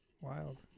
Wild